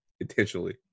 intentionally